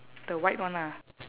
the white one ah